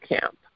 Camp